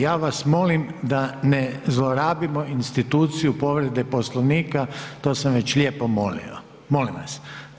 Ja vas molim da ne zlorabimo instituciju povrede Poslovnika, to sam već lijepo molio, molim vas.